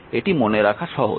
এটি মনে রাখা সহজ